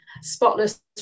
spotless